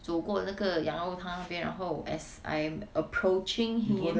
走过那个羊肉汤那边然后 as I'm approaching him